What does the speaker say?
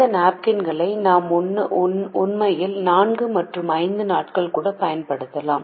இந்த நாப்கின்களை நாம் உண்மையில் 4 மற்றும் 5 நாட்களில் கூட பயன்படுத்தலாம்